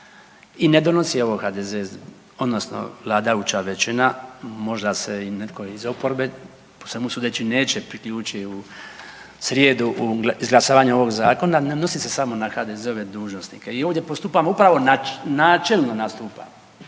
i ne donosi ovo HDZ odnosno vladajuća većina. Možda se i netko iz oporbe po svemu sudeći neće priključiti u srijedu u izglasavanje ovog zakona, ne odnosi se samo na HDZ-ove dužnosnike i ovdje postupamo upravo načelno nastupamo,